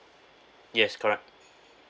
yes correct